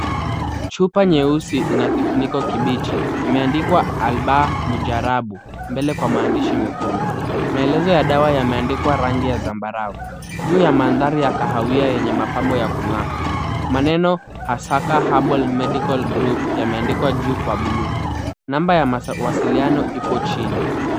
Chupa nyeusi ina kifuniko kibichi. Imeandikwa Albaa Mujarrabu mbele kwa maandishi mekundu. Maelezo ya dawa yameandikwa rangi ya zambarau, juu kwa mandhari ya kahawia yenye mapambo ya kung'aa. Maneno Ahasaka herbal medical group yameandikwa juu kwa buluu. Namba ya mawasiliano ipo chini.